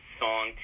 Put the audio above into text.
song